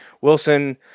Wilson